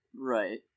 Right